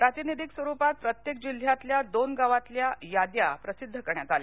प्रातिनिधिक स्वरुपात प्रत्येक जिल्ह्यातल्या दोन गावातल्या याद्या प्रसिद्ध करण्यात आल्या